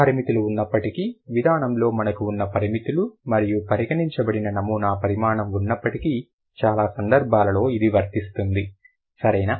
పరిమితులు ఉన్నప్పటికీ విధానం లో మనకు ఉన్న పరిమితులు మరియు పరిగణించబడిన నమూనా పరిమాణం ఉన్నప్పటికీ చాలా సందర్భాలలో ఇది వర్తిస్తుంది సరేనా